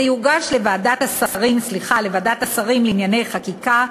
זה יוגש לוועדת השרים לענייני חקיקה,